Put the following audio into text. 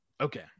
Okay